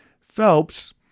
Phelps